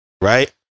Right